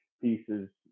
pieces